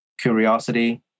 Curiosity